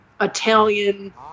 Italian